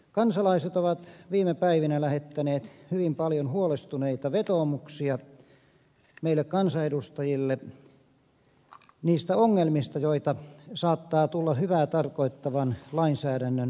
kansalaiset ovat viime päivinä lähettäneet hyvin paljon huolestuneita vetoomuksia meille kansanedustajille niistä ongelmista joita saattaa tulla hyvää tarkoittavan lainsäädännön väärinkäyttämisestä